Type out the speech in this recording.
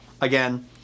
again